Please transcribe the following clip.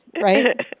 right